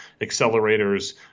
accelerators